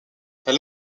elle